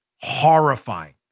horrifying